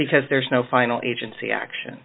because there's no final agency action